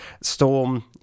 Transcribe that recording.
Storm